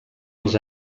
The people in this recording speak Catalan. els